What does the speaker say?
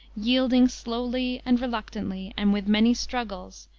yielding slowly and reluctantly, and with many struggles,